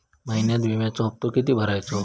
महिन्यात विम्याचो हप्तो किती भरायचो?